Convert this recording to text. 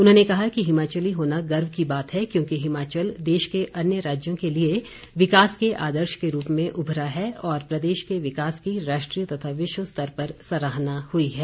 उन्होंने कहा कि हिमाचली होना गर्व की बात है क्योंकि हिमाचल देश के अन्य राज्यों के लिए विकास के आदर्श के रूप में उभरा है और प्रदेश के विकास की राष्ट्रीय तथा विश्व स्तर पर सराहना हुई है